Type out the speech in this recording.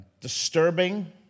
disturbing